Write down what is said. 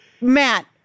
Matt